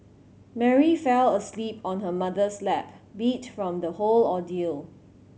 Mary fell asleep on her mother's lap beat from the whole ordeal